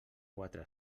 quatre